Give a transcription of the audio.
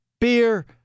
Beer